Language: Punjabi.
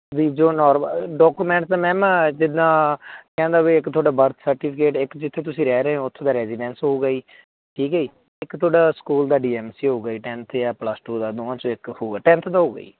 ਵੀ ਜੋ ਨੋਰਮਲ ਡਾਕੂਮੈਂਟਸ ਮੈਮ ਜਿੱਦਾਂ ਕਹਿਣ ਦਾ ਵੀ ਇੱਕ ਤੁਹਾਡਾ ਬਰਥ ਸਰਟੀਫਿਕੇਟ ਇੱਕ ਜਿੱਥੇ ਤੁਸੀਂ ਰਹਿ ਰਹੇ ਹੋ ਉੱਥੋਂ ਦਾ ਰੈਜੀਡੈਂਸ ਹੋਊਗਾ ਜੀ ਠੀਕ ਹੈ ਜੀ ਇੱਕ ਤੁਹਾਡਾ ਸਕੂਲ ਦਾ ਡੀ ਐਮ ਸੀ ਹੋਊਗਾ ਜੀ ਟੈਂਨਥ ਜਾਂ ਪਲੱਸ ਟੂ ਦਾ ਦੋਵਾਂ 'ਚੋਂ ਇੱਕ ਹੋਊਗਾ ਟੈਂਨਥ ਦਾ ਹੋਊਗਾ ਜੀ